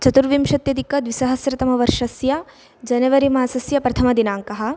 चतुर्विंशत्यधिकद्विसहस्रतमवर्षस्य जनवरिमासस्य प्रथमदिनाङ्कः